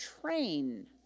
train